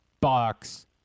box